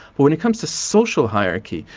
when it comes to social hierarchy,